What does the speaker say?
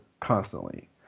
constantly